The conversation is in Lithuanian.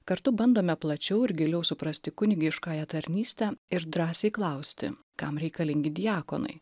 kartu bandome plačiau ir giliau suprasti kunigiškąją tarnystę ir drąsiai klausti kam reikalingi diakonai